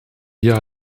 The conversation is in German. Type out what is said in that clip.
wir